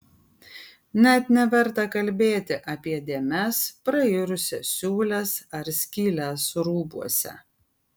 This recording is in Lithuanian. net neverta kalbėti apie dėmes prairusias siūles ar skyles rūbuose